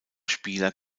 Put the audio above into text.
spieler